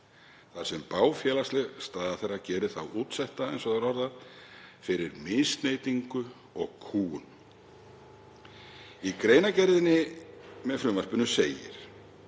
þar sem bág félagsleg staða þeirra geri þá útsetta, eins og það er orðað, fyrir misneytingu og kúgun. Í greinargerðinni með frumvarpinu segir